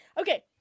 Okay